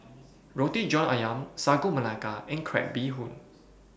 Roti John Ayam Sagu Melaka and Crab Bee Hoon